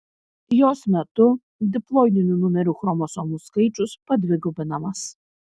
jos metu diploidinių numerių chromosomų skaičius padvigubinamas